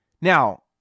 now